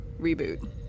reboot